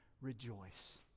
rejoice